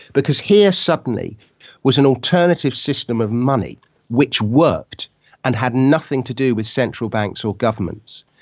because here suddenly was an alternative system of money which worked and had nothing to do with central banks or governments.